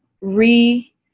re